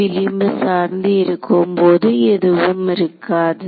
விளிம்பு சார்ந்து இருக்கும்போது எதுவும் இருக்காது